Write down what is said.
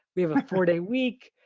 we have a four-day week,